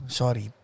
sorry